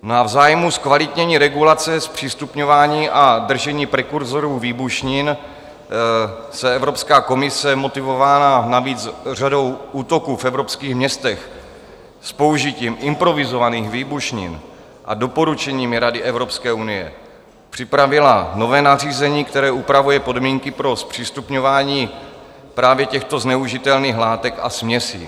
V zájmu zkvalitnění regulace, zpřístupňování a držení prekurzorů výbušnin Evropská komise motivovaná navíc řadou útoků v evropských městech s použitím improvizovaných výbušnin a doporučeními Rady Evropské unie připravila nové nařízení, které upravuje podmínky pro zpřístupňování právě těchto zneužitelných látek a směsí.